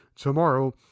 tomorrow